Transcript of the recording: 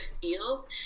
feels